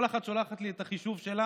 כל אחת שולחת לי את החישוב שלה.